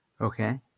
Okay